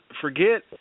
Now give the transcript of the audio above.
forget